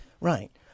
Right